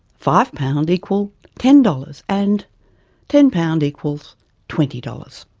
five pounds equalled ten dollars and ten pounds equals twenty dollars.